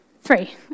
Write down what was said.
Three